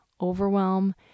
overwhelm